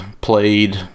played